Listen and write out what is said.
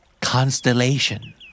Constellation